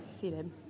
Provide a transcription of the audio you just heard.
Seated